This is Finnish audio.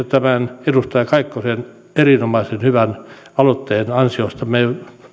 tämän edustaja kaikkosen erinomaisen hyvän aloitteen ansiosta me